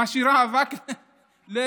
משאירה אבק לסוריה,